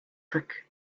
trick